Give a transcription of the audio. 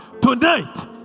tonight